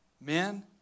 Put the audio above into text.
men